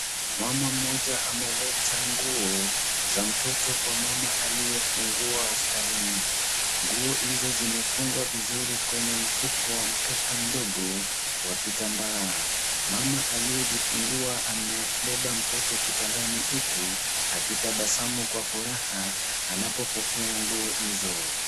Mama mmoja ameleta nguo za mtoto kwa mama aliyefungua hospitalini. Nguo hizo zimefungwa vizuri kwenye mfuko wa mkeka mdogo wa kitambaa. Mama aliyejifungua amebeba mtoto kitandani huku akitabasamu kwa furaha anapopokea zunguo hizo.